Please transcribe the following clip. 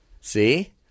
See